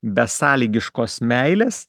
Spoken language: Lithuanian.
besąlygiškos meilės